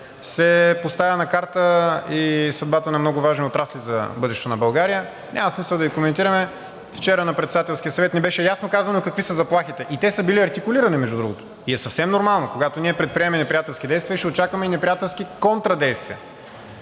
се поставя на карта и съдбата на много важни отрасли за бъдещето на България. Няма смисъл да ги коментираме. Вчера на Председателския съвет ни беше ясно казано какви са заплахите и те са били артикулирани, между другото, и е съвсем нормално, когато ние предприемем неприятелски действия, ще очакваме и неприятелски контрадействия.